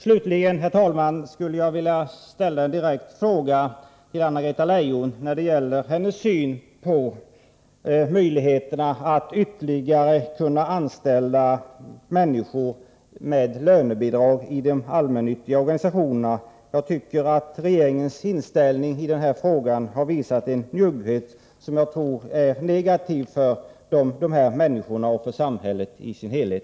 Slutligen, herr talman, vill jag fråga Anna-Greta Leijon hur hon ser på möjligheten att anställa ytterligare människor med lönebidrag i de allmännyttiga organisationerna. Regeringen har i denna fråga visat njugghet, och det tror jag är negativt för dessa människor och för samhället i dess helhet.